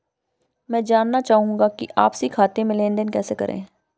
मैं जानना चाहूँगा कि आपसी खाते में लेनदेन कैसे करें?